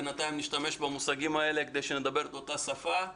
בינתיים נשתמש במושגים האלה כדי שנדבר את אותה שפה.